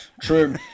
True